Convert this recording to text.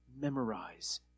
memorize